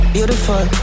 Beautiful